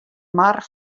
mar